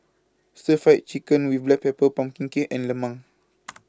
Stir Fry Chicken with Black Pepper Pumpkin Cake and Lemang